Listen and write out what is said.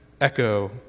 echo